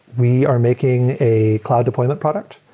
we are making a cloud deployment product.